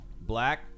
Black